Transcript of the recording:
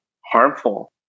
harmful